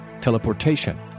teleportation